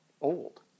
old